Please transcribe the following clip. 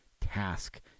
task